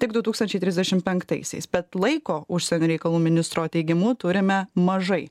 tik du tūkstančiai trisdešimt penktaisiais bet laiko užsienio reikalų ministro teigimu turime mažai